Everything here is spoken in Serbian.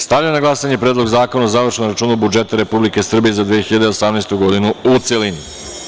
Stavljam na glasanje Predlog zakona o završnom računu budžeta Republike Srbije za 2018. godinu, u celini.